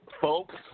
Folks